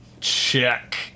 Check